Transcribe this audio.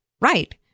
right